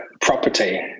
property